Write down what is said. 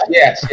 yes